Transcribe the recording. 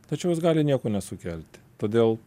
tačiau jos gali nieko nesukelti todėl